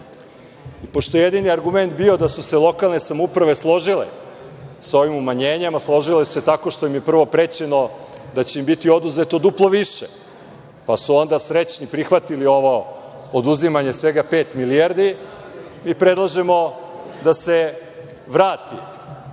je jedini argument bio da su se lokalne samouprave složile sa ovim umanjenjem, a složile su se tako što im je prvo prećeno da će im biti oduzeto duplo više, pa su onda srećni prihvatili ovo oduzimanje svega pet milijardi, mi predlažemo da se vrati